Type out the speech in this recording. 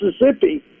Mississippi